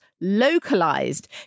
localized